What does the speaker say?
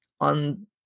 on